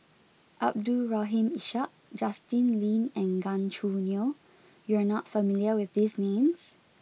Abdul Rahim Ishak Justin Lean and Gan Choo Neo you are not familiar with these names